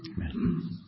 Amen